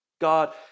God